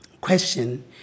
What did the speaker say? question